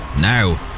now